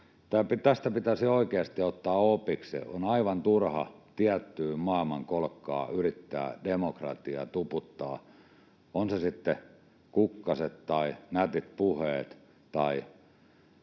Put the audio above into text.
Tästä pitäisi oikeasti ottaa opiksi. On aivan turha tiettyyn maailmankolkkaan yrittää demokratiaa tuputtaa, on se sitten kukkaset tai nätit puheet tai